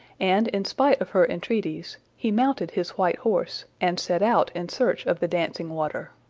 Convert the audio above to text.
and, in spite of her entreaties, he mounted his white horse, and set out in search of the dancing-water.